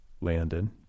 Landon